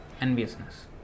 enviousness